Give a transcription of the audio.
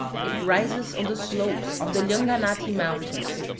it rises on the slopes of the llanganati mountains,